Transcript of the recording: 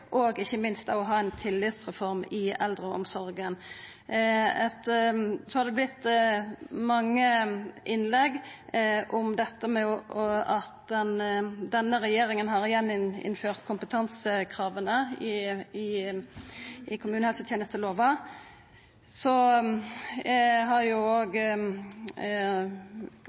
og ikkje minst ei tillitsreform i eldreomsorga. Det har vore mange innlegg om at denne regjeringa har gjeninnført kompetansekrava i kommunehelsetenestelova. Representanten Tove Karoline Knutsen har